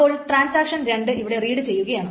അപ്പോൾ ട്രാൻസാക്ഷൻ 2 ഇവിടെ റീഡ് ചെയ്യുകയാണ്